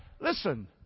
Listen